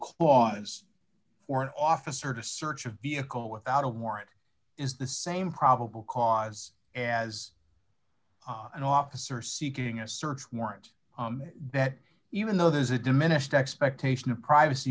cause for an officer to search a vehicle without a warrant is the same probable cause and as an officer seeking a search warrant that even though there's a diminished expectation of privacy